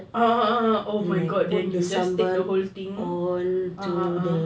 ah ah ah oh my god then you just take the whole thing ah ah ah